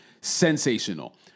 sensational